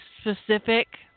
specific